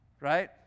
Right